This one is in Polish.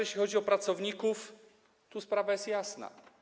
Jeśli chodzi o pracowników, sprawa jest jasna.